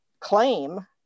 claim